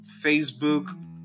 Facebook